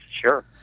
sure